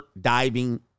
diving